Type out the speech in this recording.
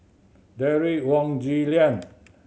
Derek Wong Zi Liang